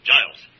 Giles